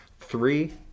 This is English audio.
Three